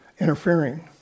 interfering